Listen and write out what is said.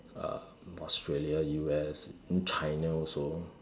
um Australia U_S then China also